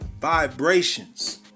vibrations